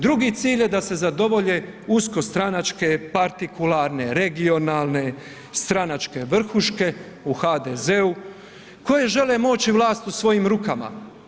Drugi cilj je da se zadovolje usko stranačke, partikularne, regionalne stranačke vrhuške u HDZ-u koje žele moć i vlast u svojim rukama.